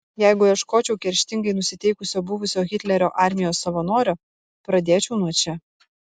jeigu ieškočiau kerštingai nusiteikusio buvusio hitlerio armijos savanorio pradėčiau nuo čia